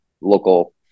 local